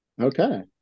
okay